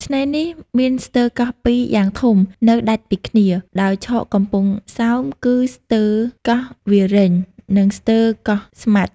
ឆ្នេរនេះ មានស្ទើរកោះពីរយ៉ាងធំនៅដាច់ពីគ្នា ដោយឆកកំពង់សោមគឺ ស្ទើរកោះវាលរេញ និងស្ទើរកោះស្មាច់ ។